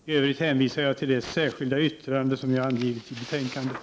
I övrigt hänvisar jag till det särskilda yttrande som jag avgivit till betänkandet.